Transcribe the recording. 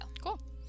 cool